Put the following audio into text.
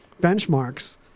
benchmarks